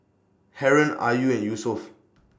Haron Ayu and Yusuf